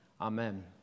Amen